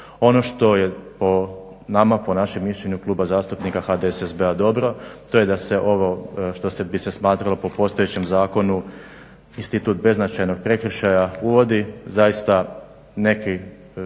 po nama, po našem mišljenju Kluba zastupnika HDSSB-a dobro to je da se ovo što bi se smatralo po postojećem zakonu institut beznačajnog prekršaja uvodi zaista neki